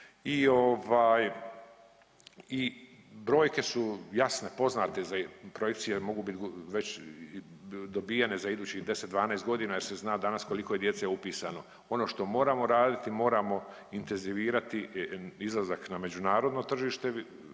brojke su jasne, poznate za, projekcije mogu biti već dobijene za idućih 10-12 godina jer se zna danas koliko je djece upisano. Ono što moramo raditi, moramo intenzivirati izlazak na međunarodno tržište